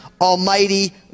Almighty